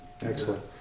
excellent